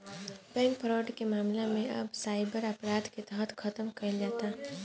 bank fraud के मामला के अब साइबर अपराध के तहत खतम कईल जाता